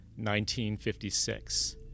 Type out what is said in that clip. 1956